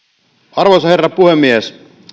arvoisa herra puhemies